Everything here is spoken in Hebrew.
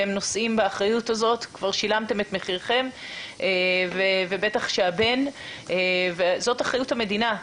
אתם כבר שילמתם את מחירכם וזאת אחריות המדינה,